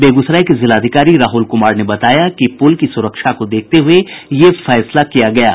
बेगूसराय के जिलाधिकारी राहुल कुमार ने बताया कि पुल की सुरक्षा को देखते हुये यह फैसला किया गया है